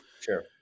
Sure